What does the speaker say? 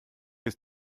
ist